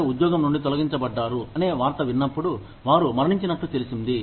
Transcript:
ప్రజలు ఉద్యోగం నుండి తొలగించబడ్డారు అనే వార్త విన్నప్పుడు వారు మరణించినట్లు తెలిసింది